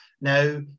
Now